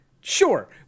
Sure